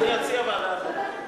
אני אציע ועדה אחרת.